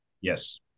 Yes